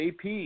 AP